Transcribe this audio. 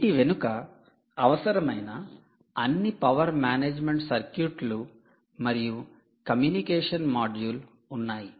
వీటి వెనుక అవసరమైన అన్ని పవర్ మేనేజ్మెంట్ సర్క్యూట్లు మరియు కమ్యూనికేషన్ మాడ్యూల్ ఉన్నాయి